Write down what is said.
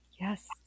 Yes